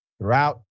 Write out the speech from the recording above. throughout